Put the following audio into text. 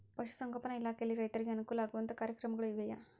ಪಶುಸಂಗೋಪನಾ ಇಲಾಖೆಯಲ್ಲಿ ರೈತರಿಗೆ ಅನುಕೂಲ ಆಗುವಂತಹ ಕಾರ್ಯಕ್ರಮಗಳು ಇವೆಯಾ?